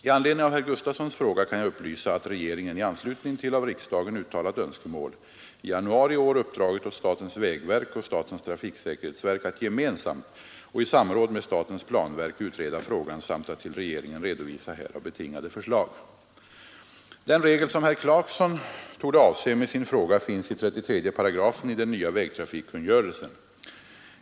I anledning av herr Gustafsons fråga kan jag upplysa, att regeringen — i anslutning till av riksdagen uttalat önskemål — i januari i år uppdragit åt statens vägverk och statens trafiksäkerhetsverk att gemensamt och i samråd med statens planverk utreda frågan samt att till regeringen redovisa härav betingade förslag. Den regel som herr Clarkson torde avse med sin fråga finns i 33 § i den nya vägtrafikkungörelsen.